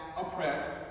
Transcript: oppressed